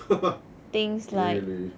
really